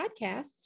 podcast